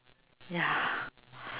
ya